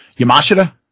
Yamashita